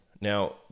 Now